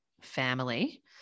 family